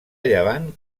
llevant